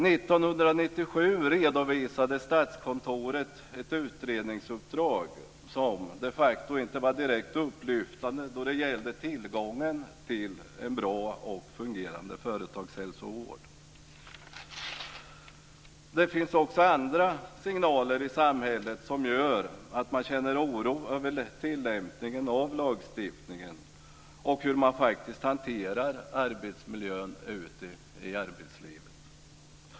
1997 redovisade Statskontoret ett utredningsuppdrag som de facto inte var direkt upplyftande då det gällde tillgången till en bra och fungerande företagshälsovård. Det finns också andra signaler i samhället som gör att jag känner oro över tillämpningen av lagstiftningen och över hur man faktiskt hanterar arbetsmiljön ute i arbetslivet.